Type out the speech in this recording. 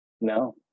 no